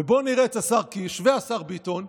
ובואו נראה את השר קיש והשר ביטון,